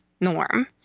norm